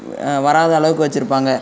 வராத அளவுக்கு வச்சுருப்பாங்க